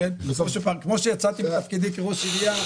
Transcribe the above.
כמו שיצאתי מתפקידי כראש עירייה,